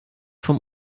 vom